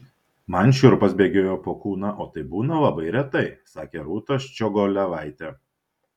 man šiurpas bėgioja po kūną o tai būna labai retai sakė rūta ščiogolevaitė